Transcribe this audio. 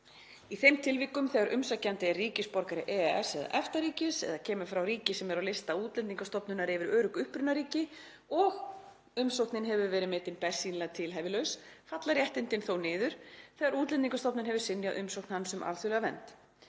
Í þeim tilvikum þegar umsækjandi er ríkisborgari EES- eða EFTA-ríkis eða kemur frá ríki sem er á lista Útlendingastofnunar yfir örugg upprunaríki og umsóknin hefur verið metin bersýnilega tilhæfulaus falla réttindin þó niður þegar Útlendingastofnun hefur synjað umsókn hans um alþjóðlega vernd.